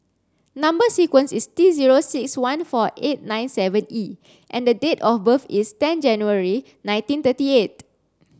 number sequence is T zero six one four eight nine seven E and date of birth is ten January nineteen thirty eight